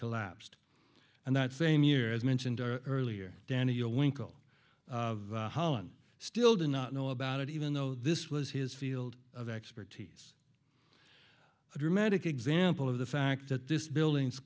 collapsed and that same year as mentioned earlier daniel winkle of holland still did not know about it even though this was his field of expertise a dramatic example of the fact that this building